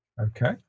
Okay